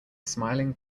smiling